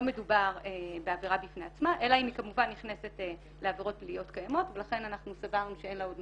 ולהסדיר הסדר מהותי אחר לחברות ניכיון שיפעלו בתחום